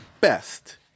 Best